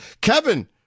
Kevin